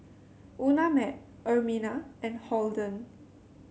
Unnamed Ermina and Holden